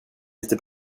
lite